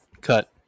Cut